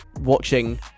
Watching